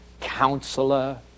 counselor